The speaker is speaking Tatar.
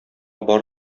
бар